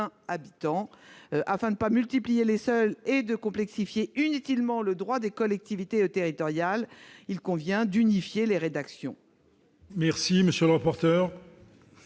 habitants. Afin de ne pas multiplier les seuils et de ne pas complexifier inutilement le droit des collectivités territoriales, il paraît préférable d'unifier les rédactions.